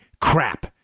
crap